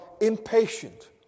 impatient